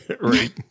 Right